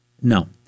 No